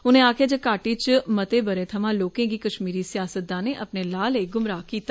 उनें आक्खेआ जे घाटी च मते ब रे थमां लोकें गी कष्मीरी सियासतदाने अपने लाह लेई गुमराह कीता